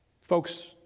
Folks